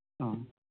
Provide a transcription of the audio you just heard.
ꯑꯣ